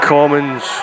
Commons